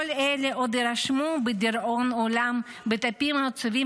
כל אלה עוד יירשמו לדיראון עולם בדפים עצובים